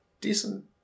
decent